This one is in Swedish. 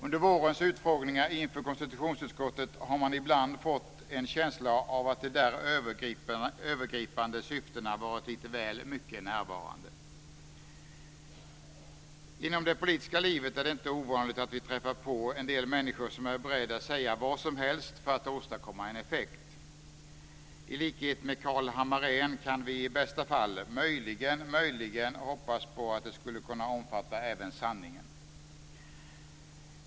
Under vårens utfrågningar inför konstitutionsutskottet har man ibland fått en känsla av att de där övergripande syftena varit lite väl mycket närvarande. Inom det politiska livet är det inte ovanligt att vi träffar på en del människor som är beredda att säga vad som helst för att åstadkomma en effekt. I likhet med Carl Hammarén kan vi i bästa fall möjligen, möjligen hoppas på att det skulle kunna omfatta även sanningen.